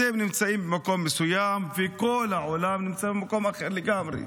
אתם נמצאים במקום מסוים וכל העולם נמצא במקום אחר לגמרי.